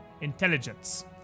intelligence